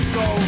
go